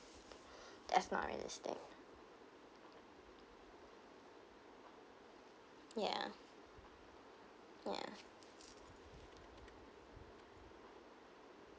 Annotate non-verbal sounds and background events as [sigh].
[breath] that's not realistic ya ya